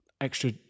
Extra